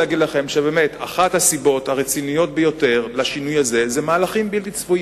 שאחת הסיבות הרציניות ביותר לשינוי הזה היא מהלכים בלתי צפויים.